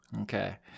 okay